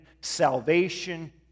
salvation